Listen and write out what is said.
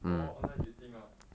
orh online dating ah